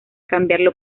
cambiarlo